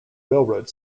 railroad